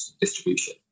distribution